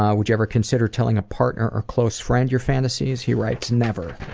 ah would you ever consider telling a partner or close friend your fantasies? he writes, never.